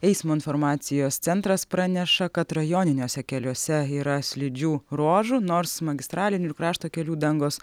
eismo informacijos centras praneša kad rajoniniuose keliuose yra slidžių ruožų nors magistralinių ir krašto kelių dangos